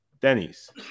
Denny's